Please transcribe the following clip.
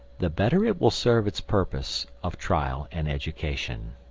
the better it will serve its purpose of trial and education.